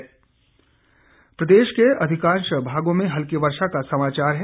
मौसम प्रदेश के अधिकांश भागों में हल्की वर्षा का समाचार है